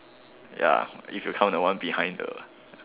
ya if you count that one behind the